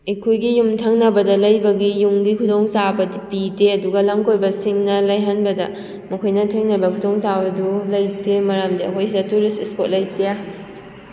ꯑꯩꯈꯣꯏꯒꯤ ꯌꯨꯝꯊꯪꯅꯕꯗ ꯂꯩꯕꯒꯤ ꯌꯨꯝꯒꯤ ꯈꯨꯗꯣꯡ ꯆꯥꯕꯗꯤ ꯄꯤꯗꯦ ꯑꯗꯨꯒ ꯂꯝ ꯀꯣꯏꯕꯁꯤꯡꯅ ꯍꯩꯍꯟꯕꯗ ꯃꯈꯣꯏꯅ ꯊꯦꯡꯅꯕ ꯈꯨꯗꯣꯡ ꯆꯥꯕꯗꯨ ꯂꯩꯇꯦ ꯃꯔꯝꯗꯤ ꯑꯩꯈꯣꯏ ꯁꯤꯗ ꯇꯨꯔꯤꯁ ꯏꯁꯄꯣꯠ ꯂꯩꯇꯦ